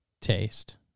taste